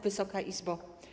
Wysoka Izbo!